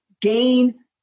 gain